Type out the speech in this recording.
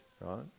right